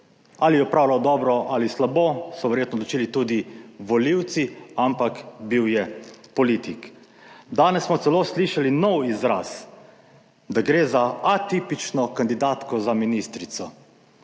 ali je opravljal dobro ali slabo, so verjetno odločili tudi volivci, ampak bil je politik. Danes smo celo slišali nov izraz, da gre za atipično kandidatko za ministrico.